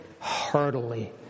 heartily